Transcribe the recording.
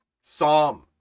Psalm